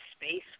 space